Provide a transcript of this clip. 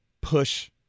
push